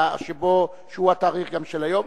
שהוא התאריך של היום.